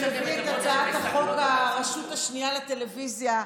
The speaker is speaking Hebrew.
שמביא את הצעת חוק הרשות השנייה לטלוויזיה,